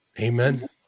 Amen